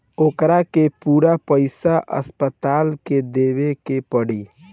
ओकरा के पूरा पईसा अस्पताल के देवे के पड़ी